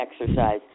exercise